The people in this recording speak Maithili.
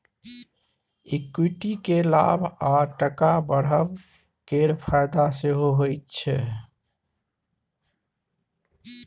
इक्विटी केँ लाभ आ टका बढ़ब केर फाएदा सेहो होइ छै